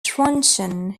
truncheon